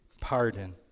pardon